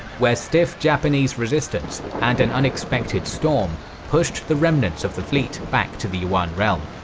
where stiff japanese resistance and an unexpected storm pushed the remnants of the fleet back to the yuan realm.